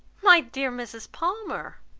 my dear mrs. palmer!